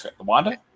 Wanda